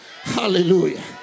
Hallelujah